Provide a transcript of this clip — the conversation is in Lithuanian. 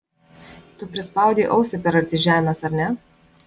tu prispaudei ausį per arti žemės ar ne